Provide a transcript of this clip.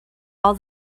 all